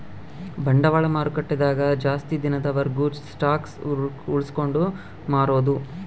ಬಂಡವಾಳ ಮಾರುಕಟ್ಟೆ ದಾಗ ಜಾಸ್ತಿ ದಿನದ ವರ್ಗು ಸ್ಟಾಕ್ಷ್ ಉಳ್ಸ್ಕೊಂಡ್ ಮಾರೊದು